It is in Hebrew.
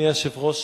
אדוני היושב-ראש,